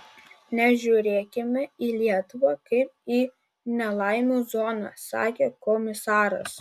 nežiūrėkime į lietuvą kaip į nelaimių zoną sakė komisaras